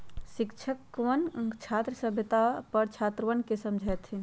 शिक्षकवन आज साम्यता पर छात्रवन के समझय थिन